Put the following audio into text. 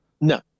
No